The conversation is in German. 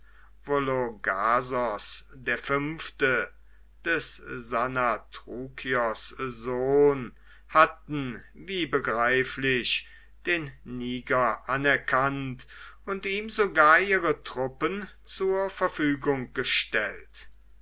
der parther vologasos v des sanatrukios sohn hatten wie begreiflich den niger anerkannt und ihm sogar ihre truppen zur verfügung gestellt